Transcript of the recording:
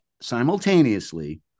Simultaneously